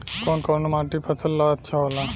कौन कौनमाटी फसल ला अच्छा होला?